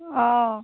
অঁ